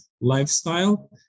lifestyle